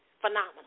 Phenomenal